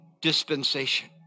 dispensation